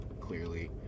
clearly